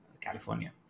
California